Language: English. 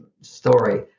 story